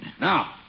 Now